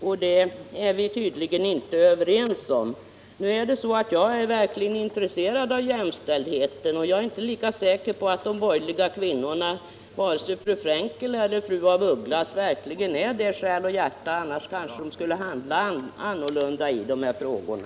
och detta är vi tydligen inte överens om. Jag är verkligen intresserad av jämställdheten, med jag är inte lika säker på att de borgerliga kvinnorna — vare sig fru Frenkel eller fru af Ugglas — är detta i själ och hjärta. Då skulle de nog handla annorlunda i de här frågorna.